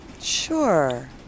Sure